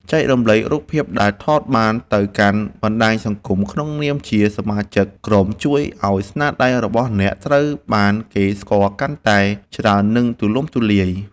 ចែករំលែករូបភាពដែលថតបានទៅកាន់បណ្តាញសង្គមក្នុងនាមជាសមាជិកក្រុមជួយឱ្យស្នាដៃរបស់អ្នកត្រូវបានគេស្គាល់កាន់តែច្រើន និង ទូលំទូលាយ។